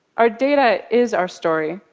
our data is our story,